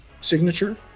signature